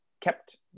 kept